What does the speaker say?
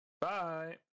Bye